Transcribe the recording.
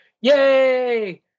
Yay